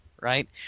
right